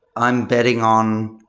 i'm betting on